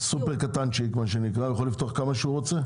סופר קטן יכול לפתוח כמה שהוא רוצה?